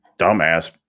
dumbass